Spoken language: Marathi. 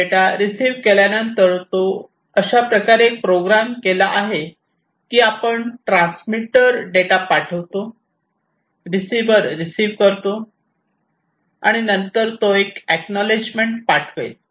डेटा रिसिव केल्यानंतर तो अशा प्रकारे प्रोग्राम केला गेला आहे की आपण ट्रान्समीटर डेटा पाठवतो रिसिवर रिसिव करतो आणि नंतर तो एक एक्नॉलेजमेंट पाठवेल